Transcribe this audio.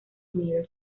unido